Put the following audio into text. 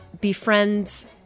befriends